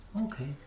Okay